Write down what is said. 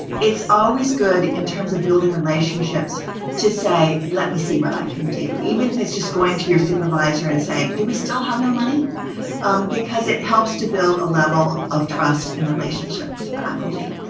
it's always good in terms of building relationships to say let me see when i can do, even if it's just going to my supervisor and saying do we still have no money because it helps to build a level of trust and relationship with faculty.